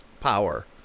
power